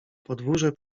podwórze